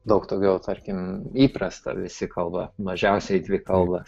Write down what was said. daug tokio tarkim įprasta visi kalba mažiausiai dvi kalba